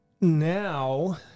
now